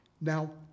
Now